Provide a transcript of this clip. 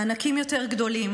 מענקים יותר גדולים,